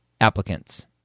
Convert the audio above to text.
applicants